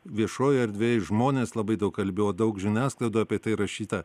viešojoj erdvėj žmonės labai daug kalbėjo daug žiniasklaidoj apie tai rašyta